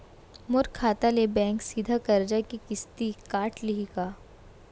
मोर खाता ले बैंक सीधा करजा के किस्ती काट लिही का?